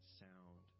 sound